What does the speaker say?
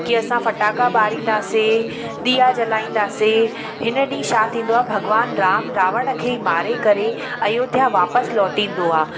कि असां फटाका ॿारींदासीं दिया जलाईंदासीं हिन ॾींहुं छा थींदो आहे भॻवान राम रावण खे ई मारे करे अयोध्या वापसि लोटींदो आहे